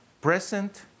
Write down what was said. present